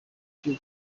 cyo